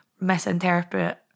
misinterpret